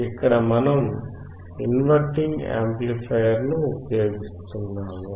ఇక్కడ మనం inverting amplifier ఉపయోగిస్తున్నాము